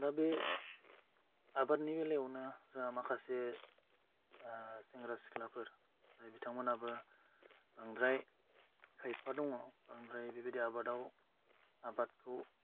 दा बे आबादनि बेलायावनो जोंहा माखासे सेंग्रा सिख्लाफोर बिथांमोनाबो बांद्राय खायफा दङ बांद्राय बेबायदि आबादाव आबादखौ